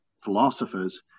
philosophers